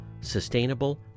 sustainable